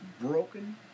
broken